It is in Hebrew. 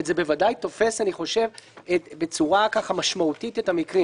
זה בוודאי תופס בצורה משמעותית את המקרים.